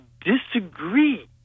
disagree